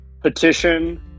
petition